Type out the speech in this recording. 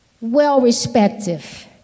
well-respective